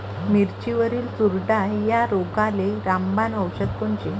मिरचीवरील चुरडा या रोगाले रामबाण औषध कोनचे?